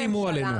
אל תאיימו עלינו.